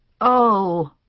oh